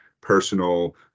personal